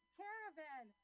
caravan